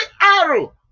arrow